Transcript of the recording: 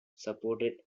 supported